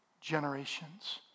generations